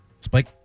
Spike